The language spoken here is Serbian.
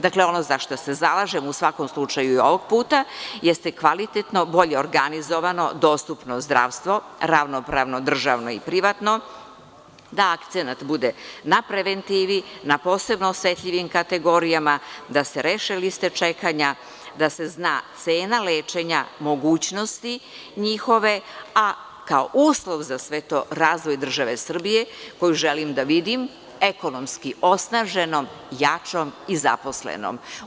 Dakle, ono za šta se zalažem, u svakom slučaju i ovog puta jeste kvalitetno, bolje organizovano dostupno zdravstvo, ravnopravno državno i privatno, da akcenat bude na preventivi na posebno osetljivim kategorijama, da se reše liste čekanja, da se zna cena lečenja, mogućnosti njihove, a kao uslov za sve to razvoj države Srbije koju želim da vidim ekonomski osnaženom, jačom i zaposlenom.